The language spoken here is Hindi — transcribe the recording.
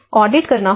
ऑडिट करना होगा